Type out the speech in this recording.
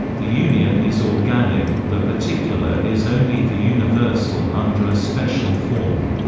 the union is organic the particular is only the universal under a special form.